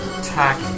attack